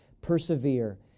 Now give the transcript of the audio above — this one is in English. Persevere